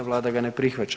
Vlada ga ne prihvaća.